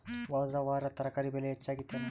ಹೊದ ವಾರ ತರಕಾರಿ ಬೆಲೆ ಹೆಚ್ಚಾಗಿತ್ತೇನ?